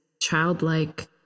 childlike